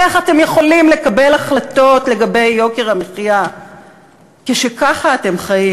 איך אתם יכולים לקבל החלטות לגבי יוקר המחיה כשככה אתם חיים?